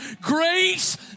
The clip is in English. grace